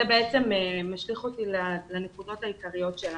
זה משליך אותי לנקודות העיקריות שלנו.